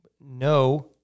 No